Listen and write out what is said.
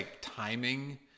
timing